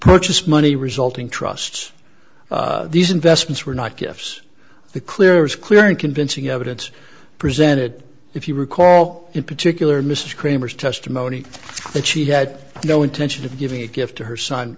purchase money resulting trusts these investments were not gifts the clear was clear and convincing evidence presented if you recall in particular mr cramer's testimony that she had no intention of giving a gift to her son